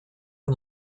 can